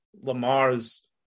Lamar's